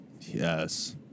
Yes